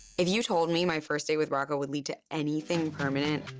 if you told me my first date with rocco would lead to anything permanent,